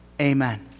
Amen